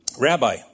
Rabbi